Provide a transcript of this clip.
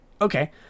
okay